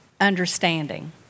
understanding